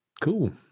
Cool